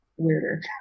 Weirder